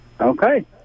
okay